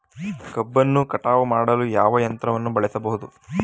ಕಬ್ಬನ್ನು ಕಟಾವು ಮಾಡಲು ಯಾವ ಯಂತ್ರವನ್ನು ಬಳಸಬಹುದು?